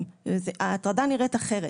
אני פשוט הייתי בשוק,